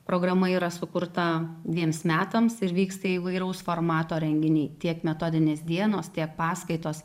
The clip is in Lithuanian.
programa yra sukurta dviems metams vyksta įvairaus formato renginiai tiek metodinės dienos tiek paskaitos